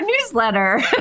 newsletter